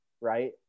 right